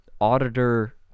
auditor